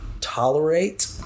tolerate